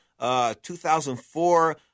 2004